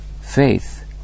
faith